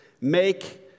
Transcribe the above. make